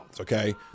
okay